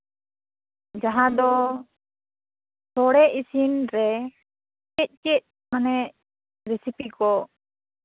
ᱡᱟᱦᱟᱸ ᱫᱚ ᱥᱳᱲᱮ ᱤᱥᱤᱱ ᱨᱮ ᱪᱮᱫ ᱪᱮᱫ ᱢᱟᱱᱮ ᱨᱮᱥᱤᱯᱤ ᱠᱚ